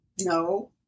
No